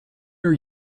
are